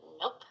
Nope